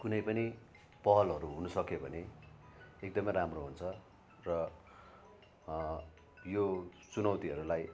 कुनै पनि पहलहरू हुनुसक्यो भने एकदमै राम्रो हुन्छ र यो चुनौतीहरूलाई